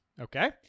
Okay